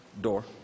door